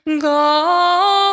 God